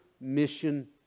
mission